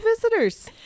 visitors